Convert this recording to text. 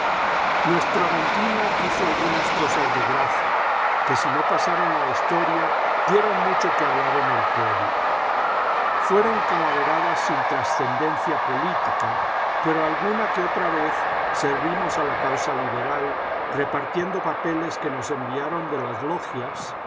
nuestro aventino hizo algunas cosas de gracia que si no pasaron a la historia dieron mucho que hablar en el pueblo fueron calaveradas sin trascendencia política pero alguna que otra vez servimos a la causa liberal repartiendo papeles que nos enviaron de las logias